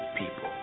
people